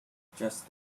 just